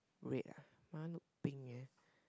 red ah my one pink eh